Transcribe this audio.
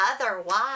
otherwise